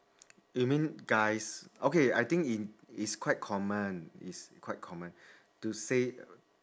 you mean guys okay I think in it's quite common it's quite common to say